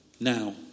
now